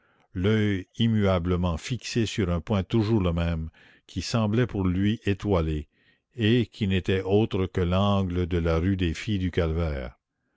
l'oeil immuablement fixé sur un point toujours le même qui semblait pour lui étoilé et qui n'était autre que l'angle de la rue des filles du calvaire